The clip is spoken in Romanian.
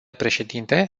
președinte